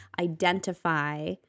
identify